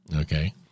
Okay